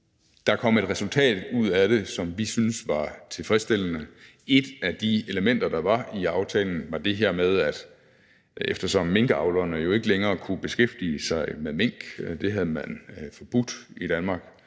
der kom et resultat ud af det, som vi syntes var tilfredsstillende. Et af de elementer, der var i aftalen, var det her med, at eftersom minkavlerne jo ikke længere kunne beskæftige sig med mink – det havde man forbudt i Danmark